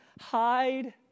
hide